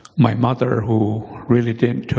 my mother, who really didn't